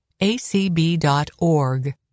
acb.org